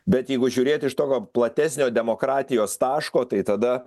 bet jeigu žiūrėti iš tokio platesnio demokratijos taško tai tada